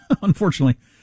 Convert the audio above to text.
unfortunately